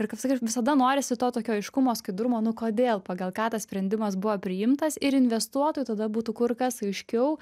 ir kaip sakyt visada norisi to tokio aiškumo skaidrumo nu kodėl pagal ką tas sprendimas buvo priimtas ir investuotojui tada būtų kur kas aiškiau